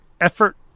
effort